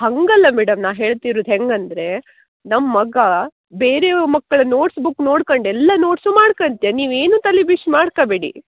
ಹಂಗಲ್ಲ ಮೇಡಮ್ ನಾನು ಹೇಳ್ತಿರೋದು ಹೆಂಗೆ ಅಂದರೆ ನಮ್ಮ ಮಗ ಬೇರೆ ಮಕ್ಕಳ ನೋಟ್ಸ್ ಬುಕ್ ನೋಡ್ಕಂಡು ಎಲ್ಲ ನೋಟ್ಸ್ ಮಾಡ್ಕಂತೆ ನೀವೇನು ತಲೆ ಬಿಸಿ ಮಾಡ್ಕೋಬೇಡಿ